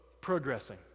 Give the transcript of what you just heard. progressing